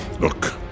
Look